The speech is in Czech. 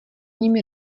nimi